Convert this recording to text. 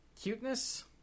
cuteness